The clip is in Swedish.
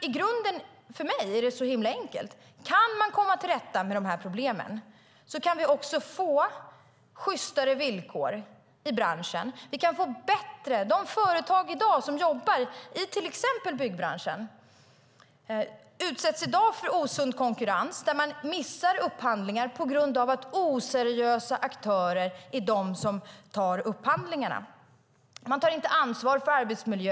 I grunden är det så himla enkelt. Kan man komma till rätta med dessa problem kan man få sjystare villkor i branschen. De företag som arbetar i till exempel byggbranschen utsätts i dag för osund konkurrens. De kan missa upphandlingar på grund av att oseriösa aktörer tar hem dem. De tar inte ansvar för arbetsmiljö.